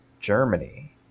Germany